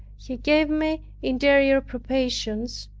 he gave me interior probations,